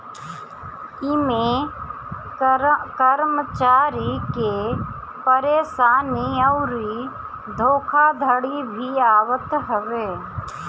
इमें कर्मचारी के परेशानी अउरी धोखाधड़ी भी आवत हवे